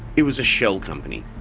it was a shell company.